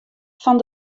fan